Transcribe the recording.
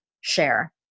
share